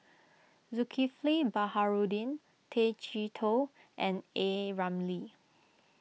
Zulkifli Baharudin Tay Chee Toh and A Ramli